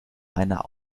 einer